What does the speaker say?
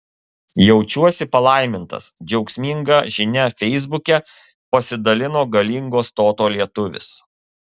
jaučiuosi palaimintas džiaugsminga žinia feisbuke pasidalino galingo stoto lietuvis